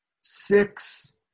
six